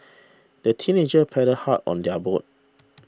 the teenagers paddled hard on their boat